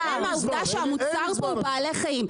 אי אפשר להתעלם מהעובדה שהמוצר פה הוא בעלי חיים,